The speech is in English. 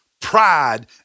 pride